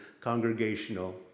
congregational